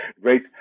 great